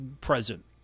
present